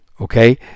Okay